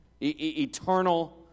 eternal